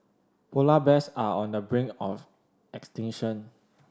polar bears are on the brink of extinction